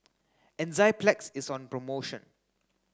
Enzyplex is on promotion